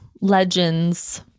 legends